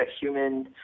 human